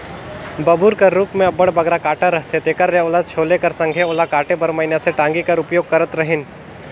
बबूर कर रूख मे अब्बड़ बगरा कटा रहथे तेकर ले ओला छोले कर संघे ओला काटे बर मइनसे टागी कर उपयोग करत रहिन